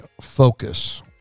focus